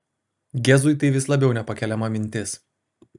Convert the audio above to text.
gezui tai vis labiau nepakeliama mintis